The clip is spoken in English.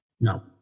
No